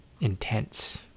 intense